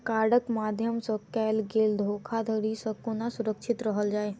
कार्डक माध्यम सँ कैल गेल धोखाधड़ी सँ केना सुरक्षित रहल जाए?